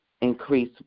increase